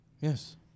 Yes